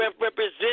represent